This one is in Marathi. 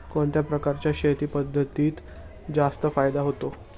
कोणत्या प्रकारच्या शेती पद्धतीत जास्त फायदा होतो?